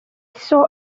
saw